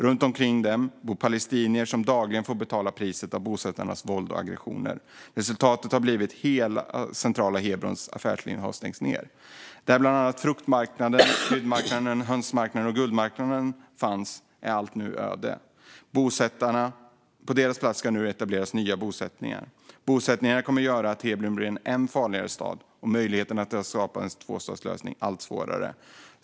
Runt omkring dem bor palestinier som dagligen får betala priset för bosättarnas våld och aggressioner. Resultatet har blivit att hela centrala Hebrons affärsliv har stängts ned. Där bland annat fruktmarknaden, kryddmarknaden, hönsmarknaden och guldmarknaden fanns är allt nu öde. På deras plats ska det nu etableras nya bosättningar. Bosättningarna kommer att göra att Hebron blir en än farligare stad och möjligheterna att skapa en tvåstatslösning allt svårare.